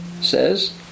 says